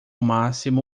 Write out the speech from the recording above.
máximo